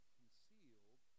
concealed